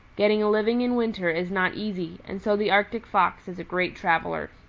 getting a living in winter is not easy, and so the arctic fox is a great traveler.